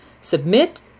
submit